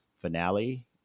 finale